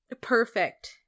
perfect